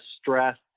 stress